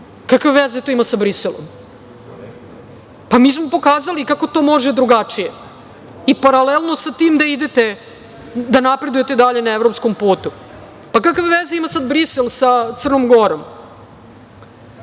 to veze ima sa Briselom? Mi smo pokazali kako to može drugačije i paralelno sa tim da idete, da napredujte dalje na evropskom putu. Kakve veze ima sada Brisel sa Crnom Gorom?